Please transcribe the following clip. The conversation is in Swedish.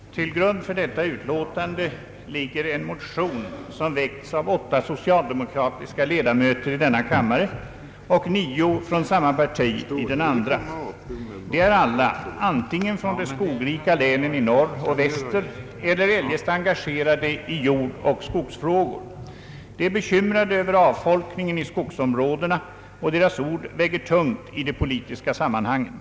Herr talman! Till grund för detta utlåtande ligger en motion som väckts av åtta socialdemokratiska ledamöter i denna kammare och nio från samma parti i andra kammaren. De är alla antingen från de skogrika länen i norr och väster eller eljest engagerade i jordoch skogsfrågor. De är bekymrade över avfolkningen i skogsområdena, och deras ord väger tungt i de politiska sammanhangen.